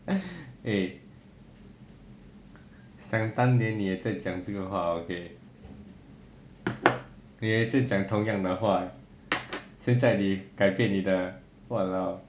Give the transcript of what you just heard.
eh 想当年你也在讲这个话 okay 你也是讲同样的话现在你改变你的 !walao!